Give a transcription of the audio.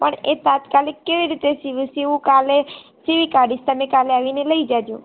એ તાત્કાલિક કેવી રીતે સીવું કાલે સીવી કાઢીશ તમે કાલે આવીને લઈ જાજો